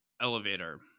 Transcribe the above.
elevator